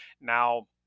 now